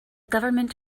government